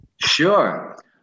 Sure